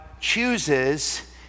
chooses